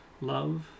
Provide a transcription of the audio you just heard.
love